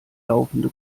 laufende